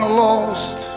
lost